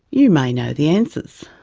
you may know the answers.